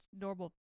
normal